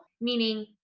Meaning